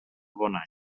bonany